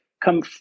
come